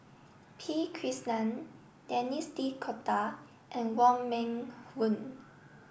P Krishnan Denis D'Cotta and Wong Meng Voon